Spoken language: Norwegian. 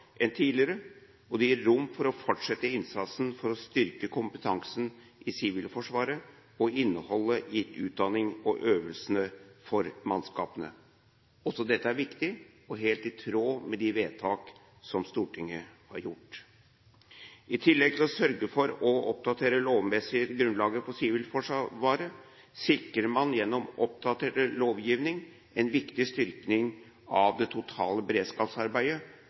enn tidligere, og det gir rom for å fortsette innsatsen for å styrke kompetansen i Sivilforsvaret og innholdet i utdanning og øvelser for mannskapene. Også dette er viktig og helt i tråd med de vedtak som Stortinget har gjort. I tillegg til å sørge for å oppdatere det lovmessige grunnlaget for Sivilforsvaret sikrer man gjennom oppdatert lovgivning en viktig styrking av det totale beredskapsarbeidet